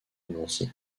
nancy